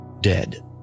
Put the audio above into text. dead